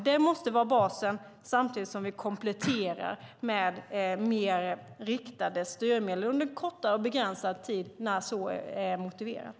Det måste vara basen samtidigt som vi kompletterar med mer riktade styrmedel under kortare och begränsad tid när så är motiverat.